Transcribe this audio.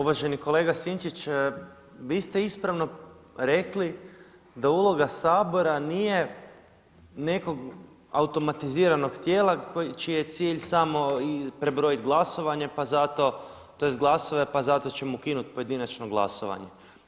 Uvaženi kolega Sinčić vi ste ispravno rekli da uloga Sabora nije nekog automatiziranog tijela čiji je cilj samo prebrojiti glasovanje tj. glasove pa zato ćemo ukinuti pojedinačno glasovanje.